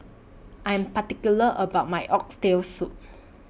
I Am particular about My Oxtail Soup